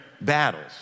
battles